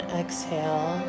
exhale